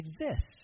exists